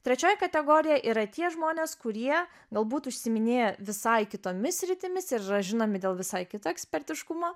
trečioji kategorija yra tie žmonės kurie galbūt užsiiminėja visai kitomis sritimis ir yra žinomi dėl visai kito ekspertiškumo